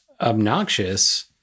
obnoxious